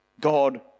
God